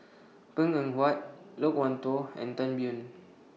Png Eng Huat Loke Wan Tho and Tan Biyun